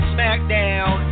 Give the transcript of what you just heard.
Smackdown